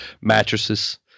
mattresses